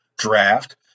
draft